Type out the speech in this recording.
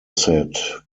said